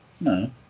No